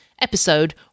episode